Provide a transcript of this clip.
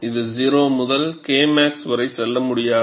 இது 0 முதல் Kmax வரை செல்ல முடியாது